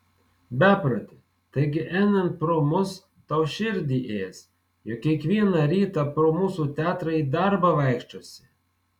beproti taigi einant pro mus tau širdį ės juk kiekvieną rytą pro mūsų teatrą į darbą vaikščiosi